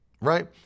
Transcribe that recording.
right